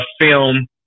film